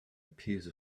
piece